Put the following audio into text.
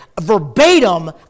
verbatim